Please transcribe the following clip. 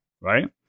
Right